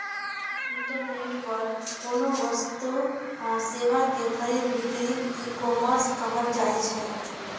internet पर कोनो वस्तु आ सेवा के खरीद बिक्री ईकॉमर्स कहल जाइ छै